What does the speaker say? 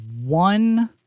one